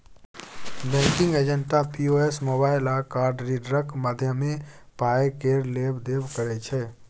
banking agent POS, mobile आ card रीडरक माध्यमे पाय केर लेब देब करै छै